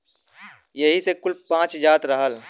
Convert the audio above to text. एही से ई कुल पच जात रहल